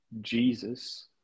Jesus